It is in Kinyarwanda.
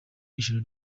ijoro